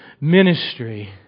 ministry